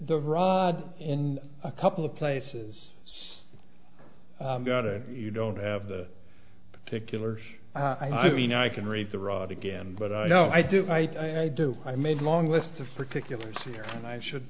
the rudd in a couple of places i got it you don't have the particulars i mean i can read the road again but i know i do write i do i made a long list of particulars here and i should